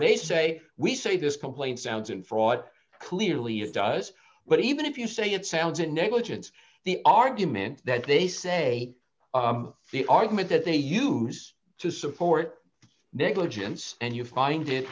they say we say this complaint sounds in fraud clearly it does but even if you say it sounds a negligence the argument that they say the argument that they use to support negligence and you find it